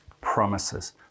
promises